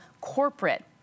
corporate